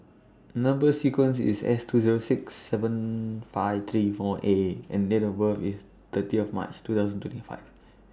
Number sequence IS S two Zero six seven five three four A and Date of birth IS thirty of March two thousand twenty five